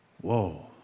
Whoa